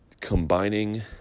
combining